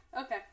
Okay